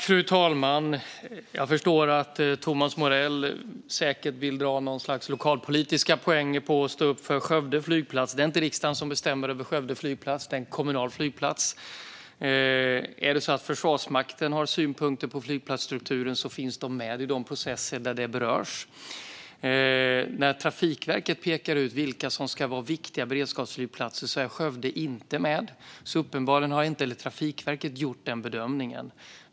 Fru talman! Jag förstår att Thomas Morell säkert vill göra något slags lokalpolitiska poänger på att stå upp för Skövde flygplats. Men det är inte riksdagen som bestämmer över Skövde flygplats. Det är en kommunal flygplats. Om Försvarsmakten har synpunkter på flygplatsstrukturen finns de med i de processer där detta berörs. När Trafikverket pekar ut vilka som ska vara viktiga beredskapsflygplatser är Skövde inte med, så uppenbarligen har inte heller Trafikverket gjort den bedömningen.